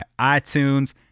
iTunes